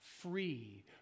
free